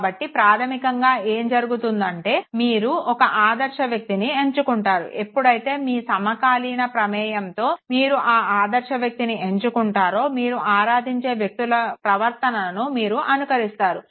కాబట్టి ప్రాధమికంగా ఏం జరుగుతుందంటే మీరు ఒక ఆదర్శ వ్యక్తిని ఎంచుకుంటారు ఎపుడైతే మీ సమాకాలిన ప్రమేయంతో మీరు ఒక ఆదర్శ వ్యక్తిని ఎంచుకుంటారో మీరు ఆరాధించే వ్యక్తుల ప్రవర్తనను మీరు అనుకరిస్తారు